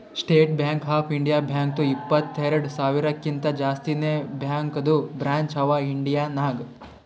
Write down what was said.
state Bank of India ಬ್ಯಾಂಕ್ದು ಇಪ್ಪತ್ತೆರೆಡ್ ಸಾವಿರಕಿಂತಾ ಜಾಸ್ತಿನೇ ಬ್ಯಾಂಕದು ಬ್ರ್ಯಾಂಚ್ ಅವಾ ಇಂಡಿಯಾ ನಾಗ್